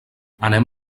anem